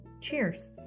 Cheers